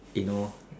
you know